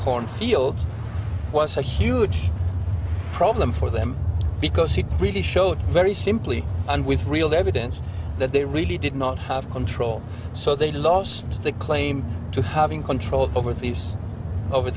corn fields was a huge problem for them because he really showed very simply and with real evidence that they really did not have control so they lost the claim to having control over